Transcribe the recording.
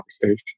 conversation